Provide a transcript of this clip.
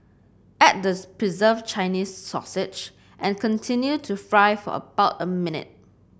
add the preserved Chinese sausage and continue to fry for about a minute